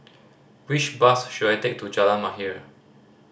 which bus should I take to Jalan Mahir